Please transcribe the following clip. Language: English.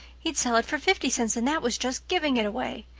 he'd sell it for fifty cents and that was just giving it away.